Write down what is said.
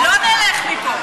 זה בניגוד לתקנון.